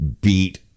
beat